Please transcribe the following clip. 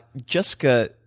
jessica,